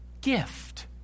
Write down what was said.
gift